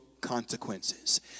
consequences